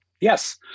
Yes